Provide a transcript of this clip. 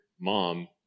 mom